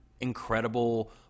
incredible